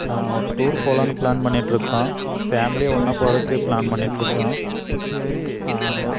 ஒரு டூர் போலாம்னு பிளான் பண்ணிட்டிருக்கோம் ஃபேம்லியாக ஒன்றா போறதுக்கு பிளான் பண்ணிட்டிருக்கோம் ஒரு